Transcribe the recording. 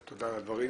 תודה, תודה על הדברים.